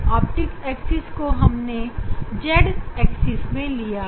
optics axis को हमने z axis में लिया है